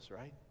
right